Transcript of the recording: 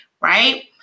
right